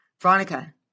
Veronica